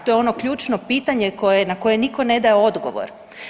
To je ono ključno pitanje na koje nitko ne daje odgovor.